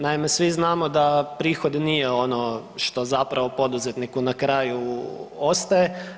Naime, svi znamo da prihod nije ono što zapravo poduzetniku na kraju ostaje.